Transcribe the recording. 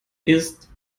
ist